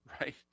Right